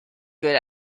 good